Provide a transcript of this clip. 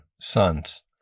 sons